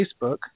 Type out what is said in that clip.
Facebook